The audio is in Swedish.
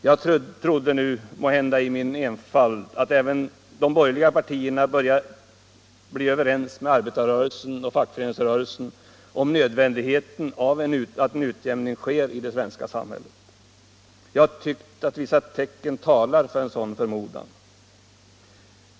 Jag trodde nu, måhända i min enfald, att även de borgerliga partierna började bli överens med arbetarrörelsen och fackföreningsrörelsen om Nr 84 nödvändigheten av att en utjämning sker i det svenska samhället. Jag Tisdagen den har tyckt att vissa tecken talat för en sådan förmodan.